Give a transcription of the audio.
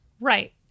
Right